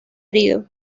herido